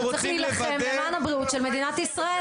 צריך להילחם למען הבריאות של מדינת ישראל.